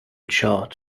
chart